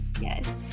Yes